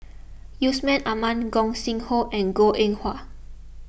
Yusman Aman Gog Sing Hooi and Goh Eng Wah